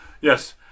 Yes